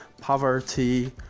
poverty